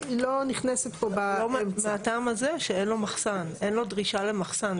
היא לא נכנסת פה --- מהטעם הזה שאין לו דרישה למחסן,